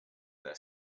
their